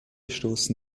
stoßen